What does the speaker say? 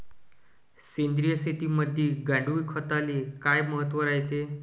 सेंद्रिय शेतीमंदी गांडूळखताले काय महत्त्व रायते?